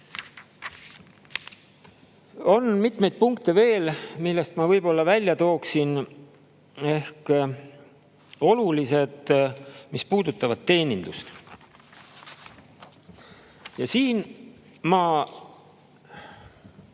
On mitmeid punkte veel, millest ma välja tooksin ehk olulised, mis puudutavad teenindust. Ja siin ma